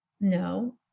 no